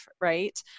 right